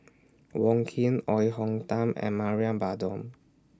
Wong Keen Oei Tiong Ham and Mariam Baharom